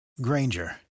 Granger